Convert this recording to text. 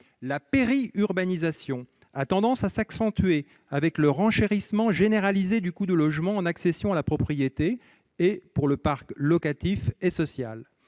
La périurbanisation a tendance à s'accentuer avec le renchérissement généralisé du coût du logement en accession à la propriété ou pour le parc locatif et social.